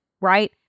right